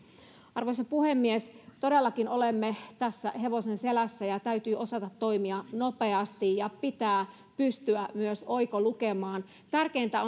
arvoisa puhemies todellakin olemme tässä hevosen selässä ja täytyy osata toimia nopeasti ja pitää pystyä myös oikolukemaan tärkeintä